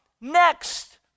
next